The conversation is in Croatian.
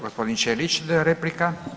Gospodin Ćelić, replika.